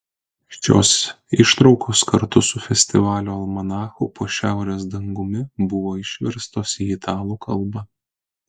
šios ištraukos kartu su festivalio almanachu po šiaurės dangumi buvo išverstos į italų kalbą